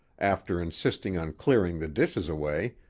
after insisting on clearing the dishes away,